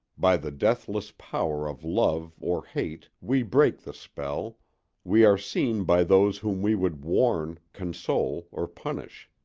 by the deathless power of love or hate we break the spell we are seen by those whom we would warn, console, or punish.